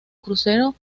crucero